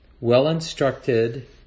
Well-instructed